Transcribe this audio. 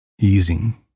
Easing